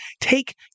take